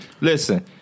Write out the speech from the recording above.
Listen